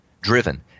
driven